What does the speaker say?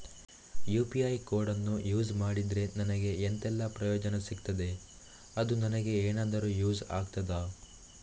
UPI ಕೋಡನ್ನು use ಮಾಡಿದ್ರೆ ನನಗೆ ಎಂಥೆಲ್ಲಾ ಪ್ರಯೋಜನ ಸಿಗ್ತದೆ, ಅದು ನನಗೆ ಎನಾದರೂ ಯೂಸ್ ಆಗ್ತದಾ?